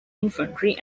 infantry